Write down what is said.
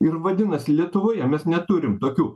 ir vadinasi lietuvoje mes neturim tokių